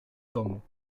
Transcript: domu